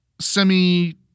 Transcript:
semi